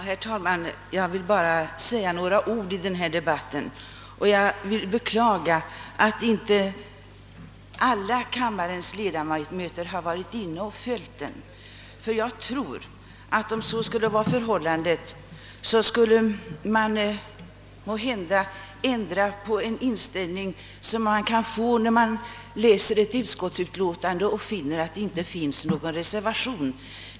Herr talman! Jag vill beklaga att inte alla ledamöter har varit närvarande i kammaren och följt debatten i denna fråga. Om så hade varit förhållandet, skulle det måhända kunnat föranleda en annan inställning än den man lätt kan få när man läser ett utskottsutlåtande och finner att det inte föreligger någon reservation.